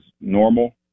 normal